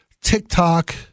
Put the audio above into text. TikTok